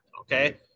Okay